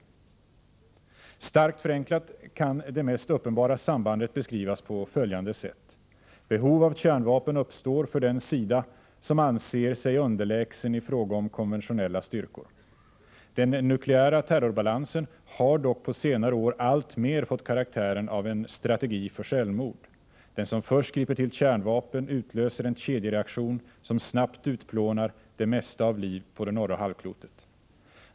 Starkt förenklat kan det mest uppenbara sambandet beskrivas på följande sätt. Behov av kärnvapen uppstår för den sida som anser sig underlägsen i fråga om konventionella styrkor. Den nukleära terrorbalansen har dock på senare år alltmer fått karaktären av en strategi för självmord. Den som först griper till kärnvapen utlöser en kedjereaktion som snabbt utplånar det mesta av livet på det norra halvklotet.